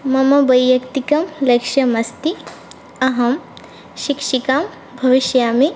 मम वैयक्तिकलक्ष्यमस्ति अहं शिक्षिका भविष्यामि